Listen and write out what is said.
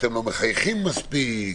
לא מחייכים מספיק,